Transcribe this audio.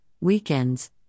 weekends